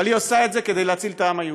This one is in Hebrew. אבל היא עושה את זה כדי להציל את העם היהודי.